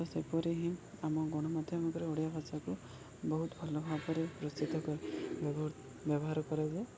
ତ ସେପରି ହିଁ ଆମ ଗଣମାଧ୍ୟମ ଉପରେ ଓଡ଼ିଆ ଭାଷାକୁ ବହୁତ ଭଲ ଭାବରେ ପ୍ରସିଦ୍ଧ ବ୍ୟବହୃ ବ୍ୟବହାର କରାଯାଏ